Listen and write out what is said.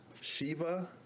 Shiva